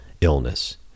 illness